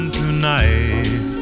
tonight